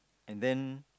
and then